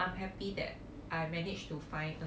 I'm happy that I managed to find